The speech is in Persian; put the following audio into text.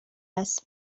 است